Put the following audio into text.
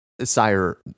Sire